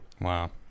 Wow